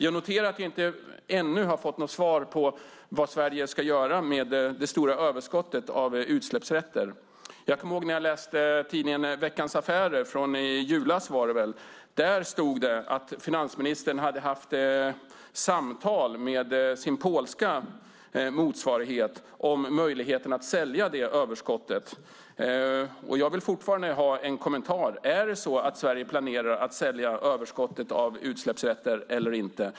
Jag noterar att vi ännu inte har fått svar på vad Sverige ska göra med det stora överskottet av utsläppsrätter. I tidningen Veckans Affärer i julas stod det att finansministern hade haft samtal med sin polska motsvarighet om möjligheten att sälja överskottet. Jag vill ha en kommentar: Planerar Sverige att sälja överskottet av utsläppsrätter eller inte?